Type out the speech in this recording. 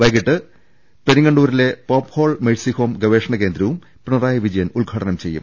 വൈകിട്ട് പെരിങ്ങണ്ടൂരിലെ Pope Paul Mercy Home ഗവേഷണ കേന്ദ്രവും പിണറായി വിജയൻ ഉദ്ഘാടനം ചെയ്യും